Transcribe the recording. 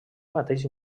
mateix